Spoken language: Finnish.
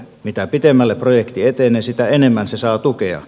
mitä pitemmälle projekti etenee sitä enemmän se saa tukea